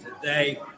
today